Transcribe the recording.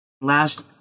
Last